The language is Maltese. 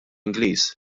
ingliż